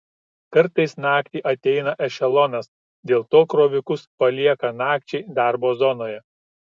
kartais naktį ateina ešelonas dėl to krovikus palieka nakčiai darbo zonoje